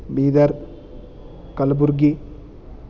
Bidar Kalaburagi